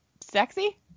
sexy